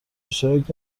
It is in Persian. اشتراک